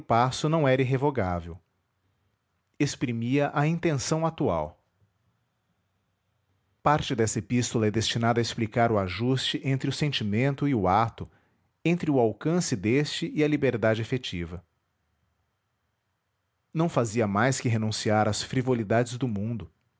não era irrevogável exprimia a intenção atual parte dessa epístola é destinada a explicar o ajuste entre o sentimento e o ato entre o alcance deste e a liberdade efetiva não fazia mais que renunciar às frivolidades do mundo